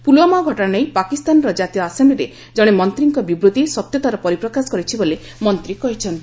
ପୁଲଓ୍ୱାମା ଘଟଣା ନେଇ ପାକିସ୍ତାନର ଜାତୀୟ ଆସେମ୍ଲିରେ ଜଣେ ମନ୍ତ୍ରୀଙ୍କ ବିବୃତି ସତ୍ୟତାର ପରିପ୍କାଶ କରିଛି ବୋଲି ମନ୍ତ୍ରୀ କହିଛନ୍ତି